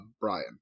Brian